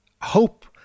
hope